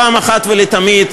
אחת ולתמיד,